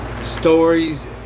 Stories